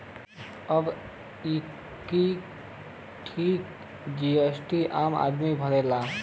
अब एक्के ठे जी.एस.टी आम आदमी भरला